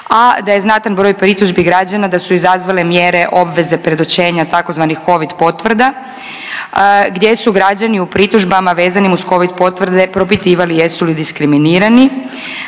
a da je znatan broj pritužbi građana da su izazvale mjere obveze predočenja tzv. covid potvrda gdje su građani u pritužbama vezanim uz covid potvrde propitivali jesu li diskriminirani.